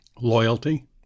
Loyalty